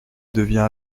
devient